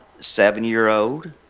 seven-year-old